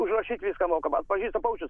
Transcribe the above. užrašyt viską moka atpažįsta paukščius